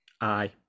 Aye